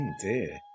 dear